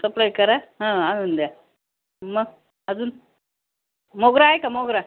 supply करा हा आणून द्या मग अजून मोगरा आहे का मोगरा